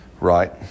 right